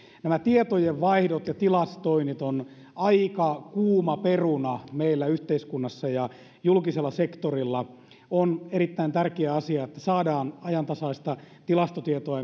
nämä tietojenvaihdot ja tilastoinnit ovat aika kuuma peruna meillä yhteiskunnassa ja julkisella sektorilla on erittäin tärkeä asia että saadaan ajantasaista tilastotietoa